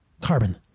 carbon